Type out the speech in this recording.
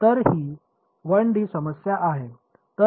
तर ही 1 डी समस्या आहे